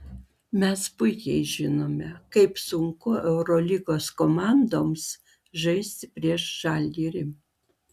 mes puikiai žinome kaip sunku eurolygos komandoms žaisti prieš žalgirį